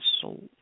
soul